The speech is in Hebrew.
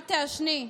אל תעשני,